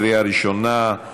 בקריאה ראשונה.